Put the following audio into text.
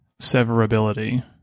Severability